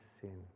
sin